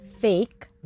fake